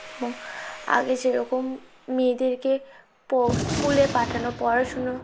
এবং আগে যেরকম মেয়েদেরকে স্কুলে পাঠানো পড়াশুনো